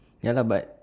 ya lah but